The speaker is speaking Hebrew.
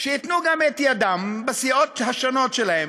שייתנו גם הם את ידם בסיעות השונות שלהם.